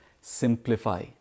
simplify